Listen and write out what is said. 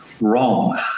wrong